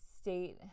state